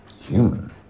Human